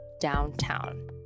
downtown